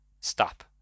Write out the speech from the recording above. Stop